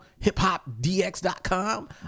HipHopDX.com